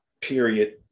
period